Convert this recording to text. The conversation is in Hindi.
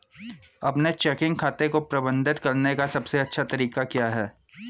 अपने चेकिंग खाते को प्रबंधित करने का सबसे अच्छा तरीका क्या है?